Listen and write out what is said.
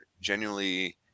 genuinely